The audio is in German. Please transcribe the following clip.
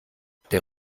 der